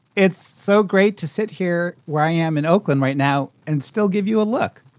it's so great to sit here where i am in oakland right now and still give you a look.